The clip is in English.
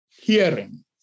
hearing